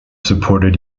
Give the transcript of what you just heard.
supported